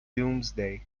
doomsday